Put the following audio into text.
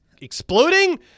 exploding